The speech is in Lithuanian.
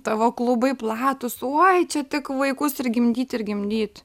tavo klubai platūs oi čia tik vaikus ir gimdyt ir gimdyt